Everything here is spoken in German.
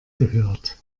gehört